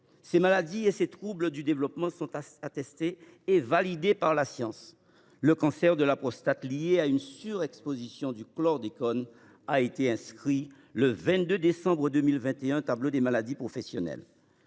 Ces maladies et ces troubles du développement sont attestés et validés par la science. Le cancer de la prostate lié à une surexposition au chlordécone a été inscrit, le 22 décembre 2021, au tableau des maladies professionnelles.